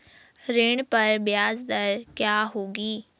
ऋण पर ब्याज दर क्या होगी?